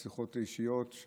שיחות אישיות,